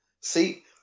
See